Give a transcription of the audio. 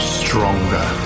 stronger